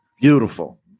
Beautiful